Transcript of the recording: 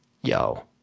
Yo